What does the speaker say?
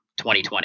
2020